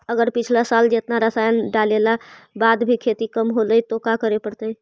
अगर पिछला साल जेतना रासायन डालेला बाद भी खेती कम होलइ तो का करे पड़तई?